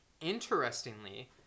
Interestingly